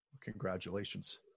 Congratulations